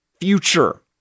future